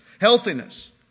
healthiness